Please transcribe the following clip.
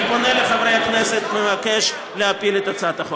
אני פונה אל חברי הכנסת ומבקש להפיל את הצעת החוק.